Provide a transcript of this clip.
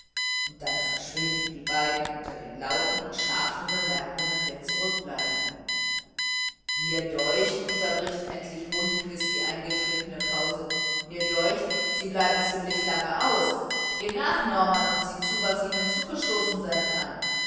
und dann verschwinden die beiden unter den lauten und scharfen bemerkungen der zurückbleibenden mir deucht unterbricht endlich rundquist eine eingetretene pause mir deucht sie bleiben ziemlich lange aus geh nach norman und sieh zu was ihnen zugestoßen sein kann